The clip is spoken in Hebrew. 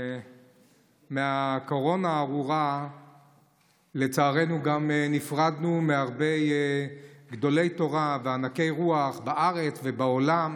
בגלל הקורונה הארורה נפרדנו גם מהרבה גדולי תורה וענקי רוח בארץ ובעולם.